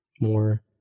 more